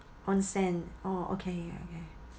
onsen oh okay okay